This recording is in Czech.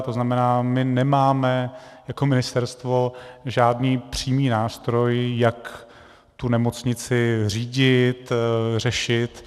To znamená, my nemáme jako ministerstvo žádný přímý nástroj, jak tu nemocnici řídit, řešit.